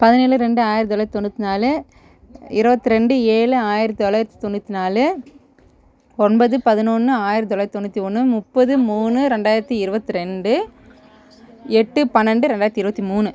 பதினேழு ரெண்டு ஆயிரத் தொள்ளாயிரத்து தொண்ணூற்றி நாலு இருவத்தி ரெண்டு ஏழு ஆயிரத்தி தொள்ளாயிரத்தி தொண்ணூத்தி நாலு ஒன்பது பதினொன்று ஆயிரத்தி தொள்ளாயிரத்து தொண்ணூற்றி ஒன்று முப்பது மூணு ரெண்டாயிரத்தி இருபத்தி ரெண்டு எட்டு பன்னெண்டு ரெண்டாயிரத்தி இருபத்தி மூணு